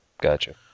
gotcha